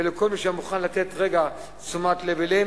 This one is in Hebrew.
וכל מי שהיה מוכן לתת רגע תשומת לב אליהם,